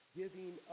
giving